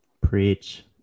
Preach